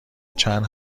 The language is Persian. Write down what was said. چند